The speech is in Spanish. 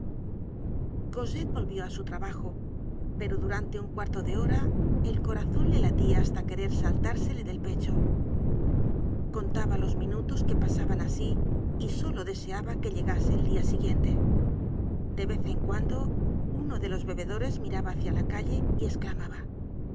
cosette volvió á su trabajo pero durante un cuarto de hora el co razon le latia hasta querer saltársele del pecho contaba los minutos que pasaban asi y solo deseaba que llegase el dia siguiente de vez en cuando uno de los bebedores miraba hácia la calle y esclamaba